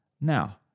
Now